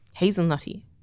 Hazelnutty